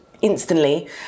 instantly